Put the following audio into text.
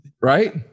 right